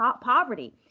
poverty